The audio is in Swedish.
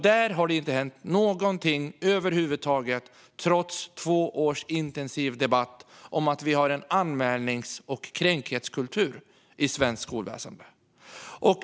Där har det inte hänt någonting över huvud taget trots två års intensiv debatt om att vi har en anmälnings och kränkthetskultur i svenskt skolväsen.